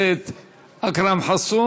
התשע"ו